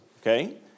Okay